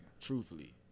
Truthfully